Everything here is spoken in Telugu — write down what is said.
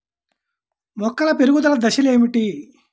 మొక్కల పెరుగుదల దశలు ఏమిటి?